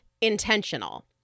intentional